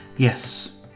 Yes